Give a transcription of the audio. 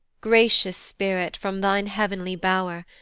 gracious spirit, from thine heav'nly bow'r,